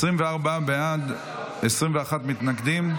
24 בעד, 21 מתנגדים.